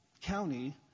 county